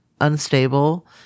unstable